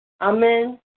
Amen